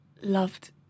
loved